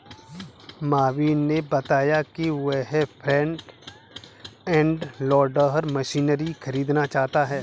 महावीर ने बताया कि वह फ्रंट एंड लोडर मशीन खरीदना चाहता है